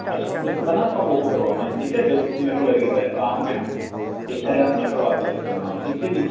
ਅੱਛਾ ਇੱਕ ਤਾਂ ਨਾ ਆਪਾਂ ਉਹ ਕਰਵਾਵਾਂਗੇ ਠੀਕ ਹੈ ਜਦੋਂ ਤੁਸੀਂ ਮੇਰੇ ਕੋਲ ਅਗਲੀ ਵਾਰ ਆਊਗੇ ਤਾਂ ਐਲ ਐਫ ਟੀ ਕਰਵਾ ਕੇ ਲੈ ਕੇ ਆਇਓ ਨਾਲ ਠੀਕ ਹੈ ਜੀ